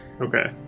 Okay